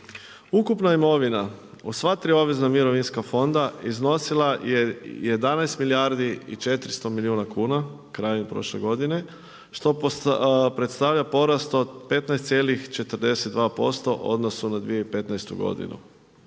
Ukupna imovina u sva 3 obvezna mirovinska fonda iznosila je 11 milijardi i 400 milijuna kuna, krajem prošle godine, što predstavlja porast od 15,42% u odnosu na 2015. godinu.